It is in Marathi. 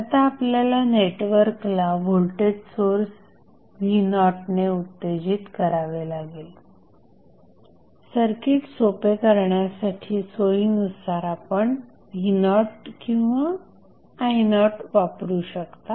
आता आपल्याला नेटवर्कला व्होल्टेज सोर्स v0 ने उत्तेजित करावे लागेल सर्किट सोपे करण्यासाठी सोयीनुसार आपणv0किंवा i0वापरू शकता